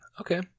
okay